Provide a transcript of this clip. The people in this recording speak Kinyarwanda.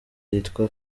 yitwa